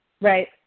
right